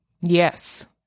Yes